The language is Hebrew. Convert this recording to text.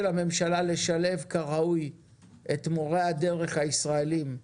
הממשלה לשלב כראוי את מורי הדרך הישראלים,